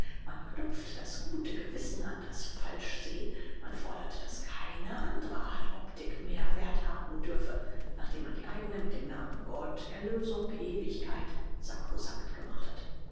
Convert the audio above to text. man knüpft das gute gewissen an das falschsehen man fordert daß keine andre art optik mehr werth haben dürfe nachdem man die eigne mit den namen gott erlösung ewigkeit sakrosankt gemacht hat